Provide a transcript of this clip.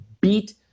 beat